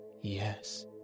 Yes